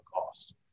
cost